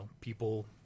people